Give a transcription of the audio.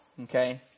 Okay